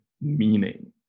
meaning